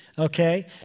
Okay